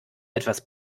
etwas